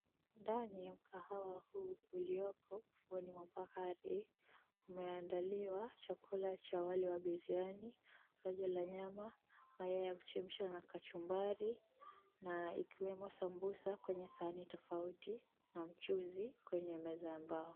Ndani ya mkahawa huu uliopo ufueni wa bahari umeandaliwa chakula cha wali wa biriani, rojo la nyama, mayai ya kuchemsha na kachumbari na ikiwemo sambusa kwenye sahani tofauti na mchuzi kwenye meza ya mbao.